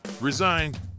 Resigned